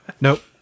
Nope